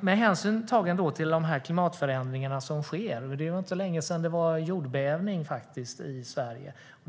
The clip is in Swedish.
med hänsyn tagen till de klimatförändringar som sker. Det var inte länge sedan det faktiskt var en jordbävning i Sverige.